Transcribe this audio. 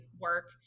work